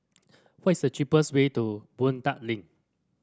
what is the cheapest way to Boon Tat Link